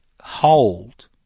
hold